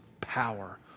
power